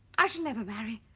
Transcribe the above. i shall never marry.